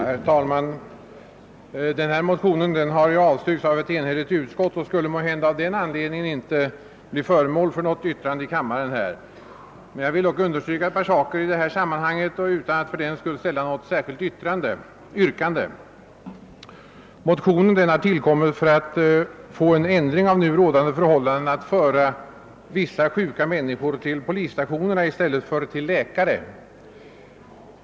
Herr talman! Den här motionen har ju avstyrkts av ett enhälligt utskott och skulle måhända av den anledningen inte bli föremål för något yttrande i kammaren. Jag vill dock understryka ett par saker i sammanhanget utan att fördenskull ställa något yrkande. Motionen har tillkommit för att få till stånd en ändring av nu rådande praxis att föra vissa sjuka människor till polisstation i stället för till läkare.